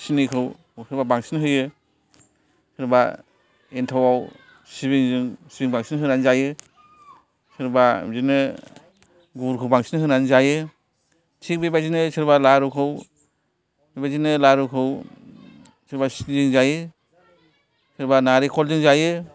सिनिखौ होबा बांसिन होयो सोरबा एनथावआव सिबिंजों सिनि बांसिन होनानै जायो सोरबा बिदिनो गुरखौ बांसिन होना जायो थिक बेबादिनो सोरबा लारुखौ बेबादिनो लारुखौ सोरबा सिनि जों जायो सोरबा नारिंखलजों जायो